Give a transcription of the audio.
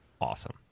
awesome